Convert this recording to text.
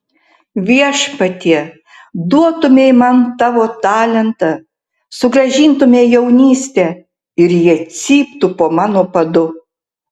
viešpatie duotumei man tavo talentą sugrąžintumei jaunystę ir jie cyptų po mano padu